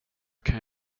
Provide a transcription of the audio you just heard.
kan